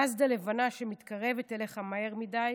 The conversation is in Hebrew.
מזדה לבנה שמתקרבת אליך מהר מדי